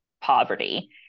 poverty